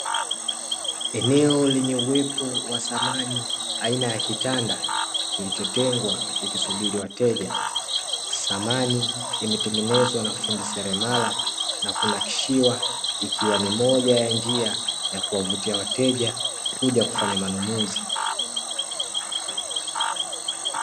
Eneo lenye uwepo wa samani aina ya kitanda kilichotengwa kikisubiri wateja. Samani imetengenezwa na fundi seremala na kunakshiwa, ikiwa ni moja ya njia ya kuwavutia wateja kuja kufanya manunuzi.